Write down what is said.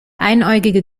einäugige